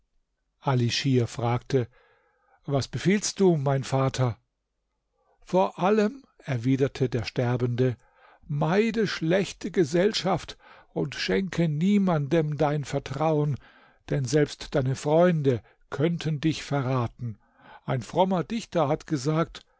ali schir fragte was befiehlst du mein vater vor allen erwiderte der sterbende meide schlechte gesellschaft und schenke niemanden dein vertrauen denn selbst deine freunde könnten dich verraten ein frommer dichter hat gesagt